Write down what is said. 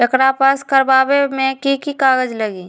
एकर पास करवावे मे की की कागज लगी?